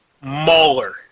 Mauler